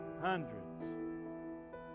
hundreds